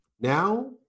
Now